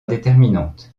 déterminante